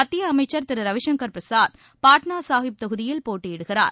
மத்தியஅமைச்சா் திருரவிசங்கர் பிரசாத் பாட்னாசாஹிப் தொகுதியில் போட்டியிடுகிறார்